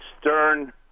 Stern